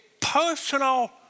personal